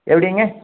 எப்படிங்க